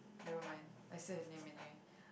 nevermind I said her name anyway